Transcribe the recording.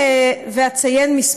עקום, והוא הסדר עקום שאין לו שום